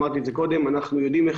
אמרתי לך את זה קודם אנחנו יודעים איך